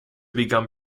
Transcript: become